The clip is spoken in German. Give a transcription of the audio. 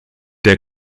der